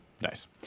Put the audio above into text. Nice